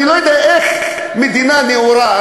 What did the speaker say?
אני לא יודע איך מדינה נאורה,